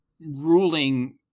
ruling